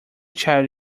child